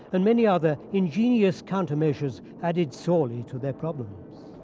and many other ingenious countermeasures added sorely to their problems.